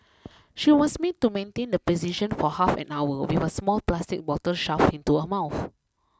she was made to maintain the position for half an hour with a small plastic bottle shoved into her mouth